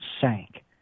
sank